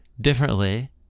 differently